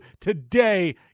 today